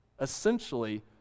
essentially